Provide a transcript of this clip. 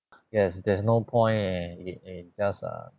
yes there's no point and it it just uh